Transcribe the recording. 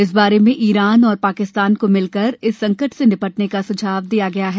इस बारे में ईरान और पाकिस्तान को मिलकर इस संकट से निपटने का सुझाव दिया गया है